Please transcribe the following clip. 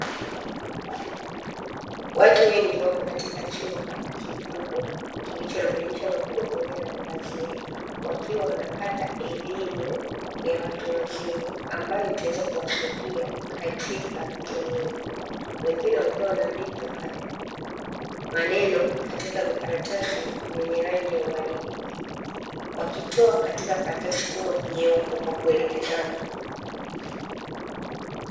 Watu wengi wapo katika chumba kikubwa, kilichobadilisha makubwa mwenyewe mapazia wakiwa wanapata elimu ya watu wazima, ambayo itaweza kuwasaidia katika jamii. Wengine wakiwa wanaandika maneno katika vikaratasi vyenye rangi ya uwaridi, wakitoa katika karatasi kubwa nyeupe kwa kuelekezana.